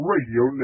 Radio